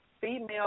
female